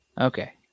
okay